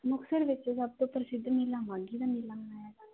ਮੁਕਤਸਰ ਵਿਚ ਸਭ ਤੋਂ ਪ੍ਰਸਿੱਧ ਮੇਲਾ ਮਾਘੀ ਦਾ ਮੇਲਾ ਮਨਾਇਆ